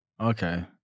Okay